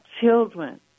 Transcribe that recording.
children